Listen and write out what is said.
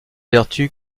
vertus